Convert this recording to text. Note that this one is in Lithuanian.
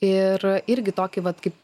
ir irgi tokį vat kaip